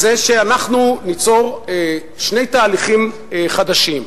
זה שאנחנו ניצור שני תהליכים חדשים.